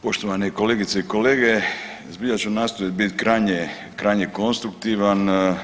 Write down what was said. Poštovane kolegice i kolege zbilja ću nastojat bit krajnje konstruktivan.